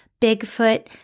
Bigfoot